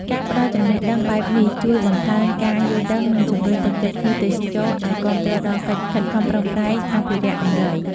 ការផ្តល់ចំណេះដឹងបែបនេះជួយបង្កើនការយល់ដឹង និងជំរុញទឹកចិត្តភ្ញៀវទេសចរឲ្យគាំទ្រដល់កិច្ចខិតខំប្រឹងប្រែងអភិរក្សដំរី។